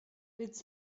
its